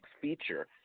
feature